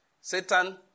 Satan